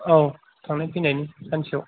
औ थांनाय फैनायनि सानसेआव